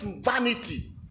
vanity